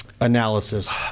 analysis